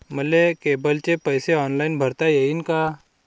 मले केबलचे पैसे ऑनलाईन भरता येईन का?